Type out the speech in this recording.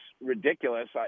ridiculous